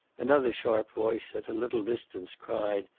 another sharp voice, at a little distance, cried,